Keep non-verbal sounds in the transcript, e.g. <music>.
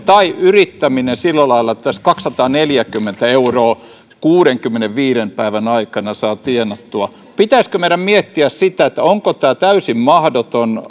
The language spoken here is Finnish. <unintelligible> tai yrittäminen sillä lailla että kaksisataaneljäkymmentä euroa kuudenkymmenenviiden päivän aikana saa tienattua kaikki täyttää työllisyysehdon pitäisikö meidän miettiä sitä onko tämä täysin mahdoton <unintelligible>